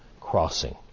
crossing